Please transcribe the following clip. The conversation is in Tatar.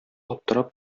аптырап